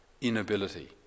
inability